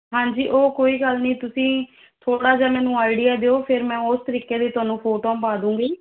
ਹਾਂਜੀ ਉਹ ਕੋਈ ਗੱਲ ਨਹੀਂ ਤੁਸੀਂ ਥੋੜ੍ਹਾ ਜਿਹਾ ਮੈਨੂੰ ਆਈਡੀਆ ਦਿਓ ਫਿਰ ਮੈਂ ਉਸ ਤਰੀਕੇ ਦੇ ਤੁਹਾਨੂੰ ਫੋਟੋਆਂ ਪਾ ਦਊਂਗੀ